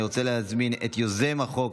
אני רוצה להזמין את יוזם החוק,